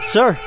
Sir